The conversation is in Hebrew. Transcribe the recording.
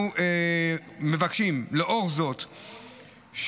לאור זאת,